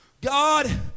God